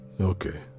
Okay